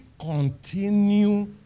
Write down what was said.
continue